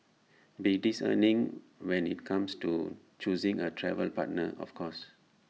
be discerning when IT comes to choosing A travel partner of course